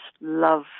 love